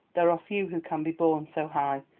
there are few who can be borne so high,